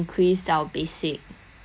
but the in basic they increase like